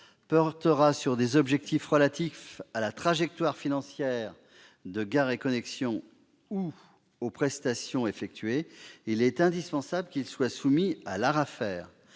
portera sur des objectifs relatifs à la trajectoire financière de Gares & Connexions ou aux prestations effectuées, il est indispensable qu'il soit soumis à l'ARAFER.